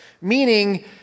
meaning